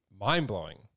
mind-blowing